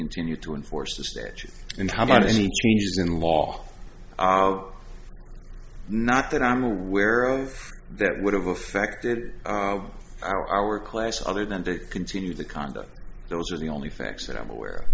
continue to enforce the statute and how about any changes in law or not that i'm aware of that would have affected our class other than to continue the conduct those are the only facts that i'm aware